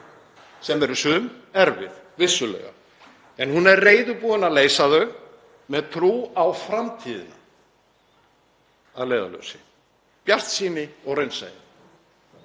sem eru sum erfið, vissulega, en hún er reiðubúin að leysa þau með trú á framtíðina að leiðarljósi, bjartsýni og raunsæi.